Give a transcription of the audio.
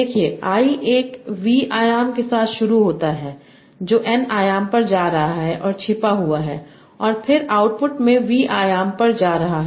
देखिए I एक V आयाम के साथ शुरू होता है जो N आयाम पर जा रहा है और छिपा हुआ है और फिर आउटपुट में V आयाम पर जा रहा है